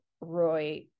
Roy